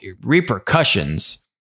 repercussions